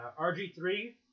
RG3